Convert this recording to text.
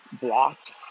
blocked